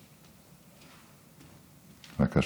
בבקשה.